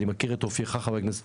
בהתאם לאופייך,